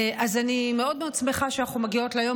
אז אני מאוד מאוד שמחה שאנחנו מגיעות ליום